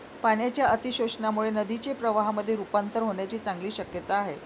पाण्याच्या अतिशोषणामुळे नदीचे प्रवाहामध्ये रुपांतर होण्याची चांगली शक्यता आहे